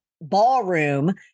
ballroom